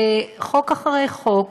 וחוק אחרי חוק,